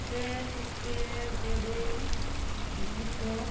ଦେ ଟିକେ ଗଡ଼େଇ ଗୀତ